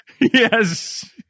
Yes